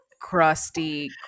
crusty